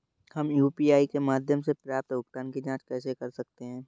हम यू.पी.आई के माध्यम से प्राप्त भुगतान की जॉंच कैसे कर सकते हैं?